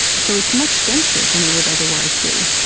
so it's much denser than it would otherwise be,